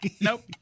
Nope